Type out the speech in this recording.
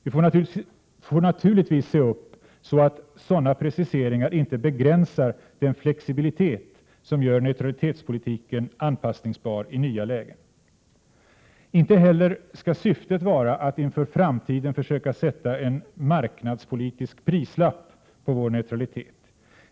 Vi får naturligtvis se upp så att sådana preciseringar inte begränsar den flexibilitet som gör neutralitetspolitiken anpassningsbar i nya lägen. Inte heller skall syftet vara att inför framtiden försöka sätta en marknadspolitisk prislapp på vår neutralitet.